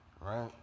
right